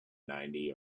ninety